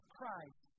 Christ